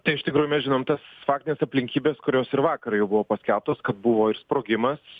tai iš tikrųjų mes žinom tas faktines aplinkybes kurios ir vakarą jau buvo paskelbtos kad buvo ir sprogimas